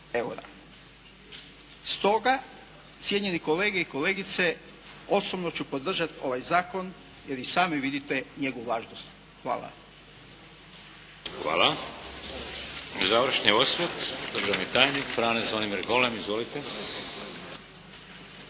eura. Stoga cijenjeni kolege i kolegice osobno ću podržati ovaj zakon jer i sami vidite njegovu važnost. Hvala. **Šeks, Vladimir (HDZ)** Hvala. I završni osvrt državni tajnik Ante Zvonimir Golem. Izvolite.